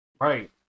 Right